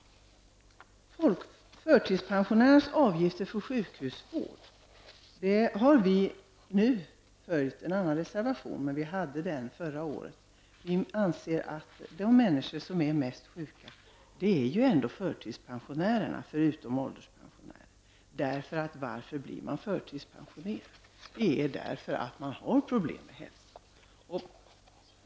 När det gäller förtidspensionärernas avgifter för sjukhusvård stödjer vi den reservation som finns här. Förra året hade vi själva en reservation i detta sammanhang. De människor som är mest sjuka är ju ändå förtidspensionärerna, förutom ålderspensionärerna. Varför blir man förtidspensionerad? Jo, det blir man när man har problem med hälsan.